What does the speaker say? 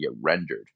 rendered